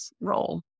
role